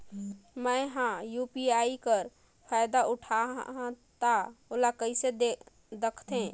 मैं ह यू.पी.आई कर फायदा उठाहा ता ओला कइसे दखथे?